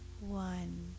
one